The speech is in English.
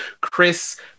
Chris